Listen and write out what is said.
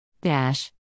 dash